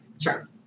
Sure